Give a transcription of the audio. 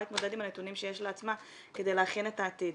להתמודד עם הנתונים שיש לה עצמה כדי להכין את העתיד.